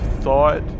thought